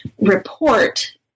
report